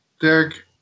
Derek